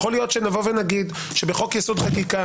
יכול להיות שנבוא ונגיד שבחוק יסוד: החקיקה